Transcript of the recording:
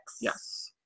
Yes